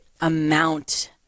amount